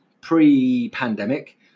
pre-pandemic